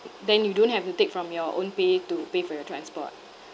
then you don't have to take from your own pay to pay for your transport